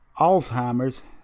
Alzheimer's